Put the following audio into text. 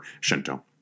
Shinto